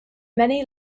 many